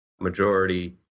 majority